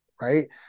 right